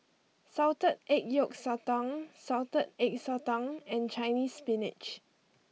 Salted Egg Yolk Sotong Salted Egg Sotong and Chinese Spinach